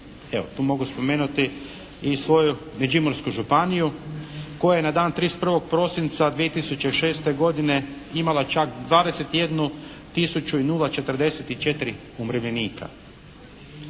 tu mogu spomenuti i svoju Međimursku županiju koja je na dan 31. prosinca 2006. godine imala čak 21 tisuću i 044 umirovljenika.